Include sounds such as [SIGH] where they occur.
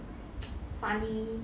[NOISE] funny